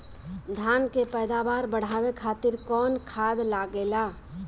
धान के पैदावार बढ़ावे खातिर कौन खाद लागेला?